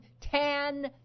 ten